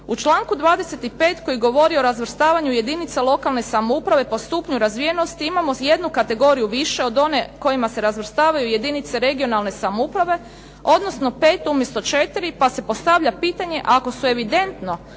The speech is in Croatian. U članku 25. koji govori o razvrstavanju jedinica lokalne samouprave, po stupnju razvijenosti imamo jednu kategoriju više od one kojima se razvrstavaju jedinice regionalne samouprave, odnosno pet umjesto četiri, pa se postavlja pitanje ako su evidentno